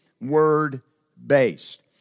word-based